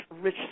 rich